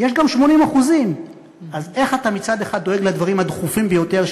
יש גם 80%. אז איך אתה מצד אחד דואג לדברים הדחופים ביותר,